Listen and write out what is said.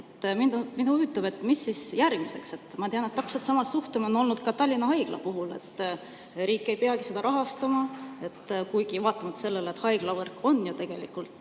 Mind huvitab, et mis siis järgmiseks. Ma tean, et täpselt sama suhtumine on olnud ka Tallinna Haigla puhul, et riik ei peagi seda rahastama, vaatamata sellele, et haiglavõrk on ju tegelikult